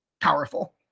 powerful